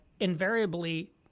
invariably